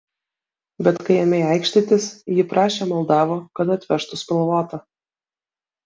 bet kai ėmei aikštytis ji prašė maldavo kad atvežtų spalvotą